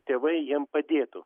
tėvai jiem padėtų